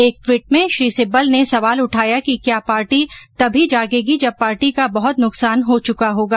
एक ट्वीट मे श्री सिब्बल ने सवाल उठाया कि क्या पार्टी तभी जागेगी जब पार्टी का बहुत नुकसान हो चुका होगा